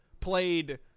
played